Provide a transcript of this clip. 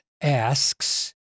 asks